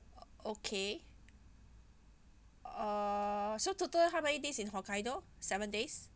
uh okay err so total how many days in hokkaido seven days